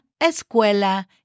escuela